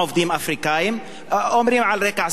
אומרים על רקע סכסוך כספי, משהו כזה.